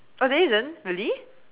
oh there isn't really